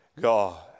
God